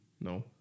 No